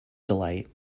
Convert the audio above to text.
delight